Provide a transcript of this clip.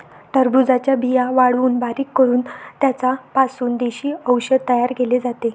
टरबूजाच्या बिया वाळवून बारीक करून त्यांचा पासून देशी औषध तयार केले जाते